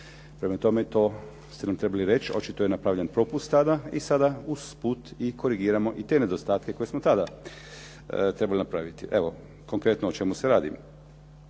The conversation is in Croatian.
Prema tome, to ste nam trebali reći. Očito je napravljen propust tada i sada usput i korigiramo i te nedostatke koje smo tada trebali napraviti. Evo konkretno o čemu se radi.